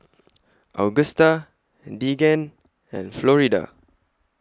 Agusta Deegan and Florida